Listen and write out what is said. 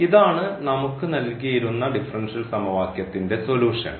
ഇതാണ് നമുക്ക് നൽകിയിരുന്ന ഡിഫറൻഷ്യൽ സമവാക്യത്തിന്റെ സൊലൂഷൻ